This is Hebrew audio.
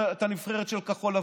את הנבחרת של כחול לבן?